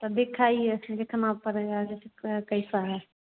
तो दिखाइए देखना पड़ेगा ज कि क कैसा हे